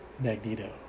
Magneto